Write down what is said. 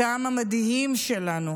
את העם המדהים שלנו,